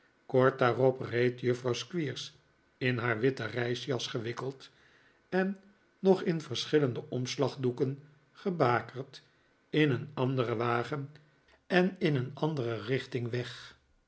kort daarop reed juffrouw squeers in haar witte reisjas gewikkeld en nog in verschillende omslagdoeken gebakerd in een anderen wagen en in een andere richting weg